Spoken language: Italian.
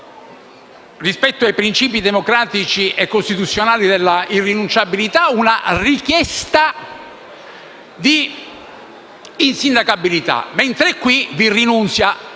rispetto ai principi democratici e costituzionali dell'irrinunciabilità, una richiesta di insindacabilità, mentre qui vi rinunzia -